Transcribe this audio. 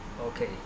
okay